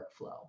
workflow